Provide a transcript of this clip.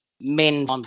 men